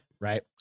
Right